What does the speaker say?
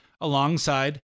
alongside